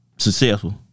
Successful